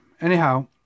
Anyhow